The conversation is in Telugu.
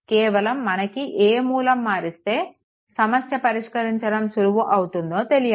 కేవలం మనకి ఏ మూలం మారిస్తే సమస్య పరిష్కరించడం సులువు అవుతోందో తెలియాలి